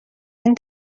این